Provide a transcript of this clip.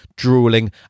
drooling